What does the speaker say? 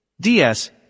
DS